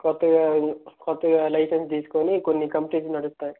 కొత్తగా కొత్తగా లైసెన్స్ తీసుకుని కొన్ని కంపెనీస్ నడుస్తాయి